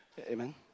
amen